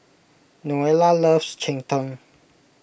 Noelia loves Cheng Tng